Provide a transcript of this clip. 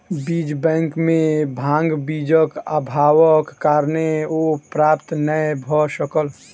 बीज बैंक में भांग बीजक अभावक कारणेँ ओ प्राप्त नै भअ सकल